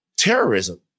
terrorism